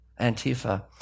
Antifa